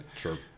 Sure